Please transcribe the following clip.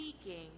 speaking